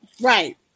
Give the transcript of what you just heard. Right